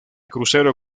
crucero